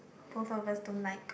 both of us don't like